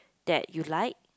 that you like